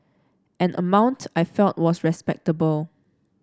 an amount I felt was respectable